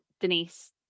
Denise